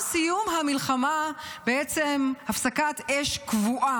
יוסי פוקס: העסקה הנוכחית היא אותה עסקה של 27 במאי.